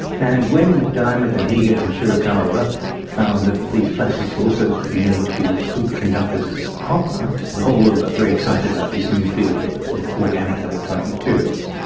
and when macdiarmid and heeger and shirwakawa found that these plastics also could be made to be as good conductors as copper, the whole world got very excited about this new field of organic electronic materials.